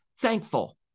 thankful